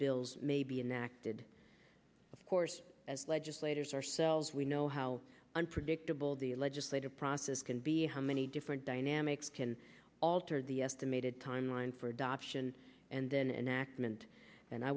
bills may be enacted of course as legislators ourselves we know how unpredictable the legislative process can be how many different dynamics can alter the estimated time line for adoption and then enactment and i